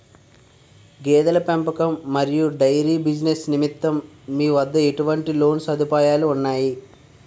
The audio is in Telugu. గేదెల పెంపకం మరియు డైరీ బిజినెస్ నిమిత్తం మీ వద్ద ఎటువంటి లోన్ సదుపాయాలు ఉన్నాయి?